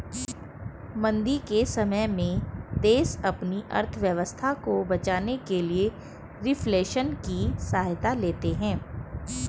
मंदी के समय में देश अपनी अर्थव्यवस्था को बचाने के लिए रिफ्लेशन की सहायता लेते हैं